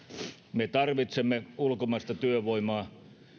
me tarvitsemme ulkomaista työvoimaa